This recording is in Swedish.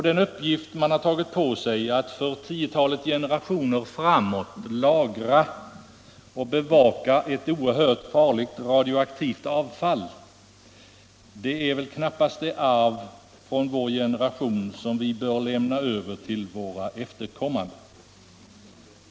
Den uppgift man har tagit på sig att för tiotalet generationer framåt lagra och bevaka ett oerhört farligt radioaktivt avfall är knappast det arv från vår generation som vi bör lämna över till våra efterkommande.